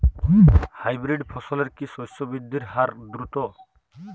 Hybrid ফসলের কি শস্য বৃদ্ধির হার দ্রুত?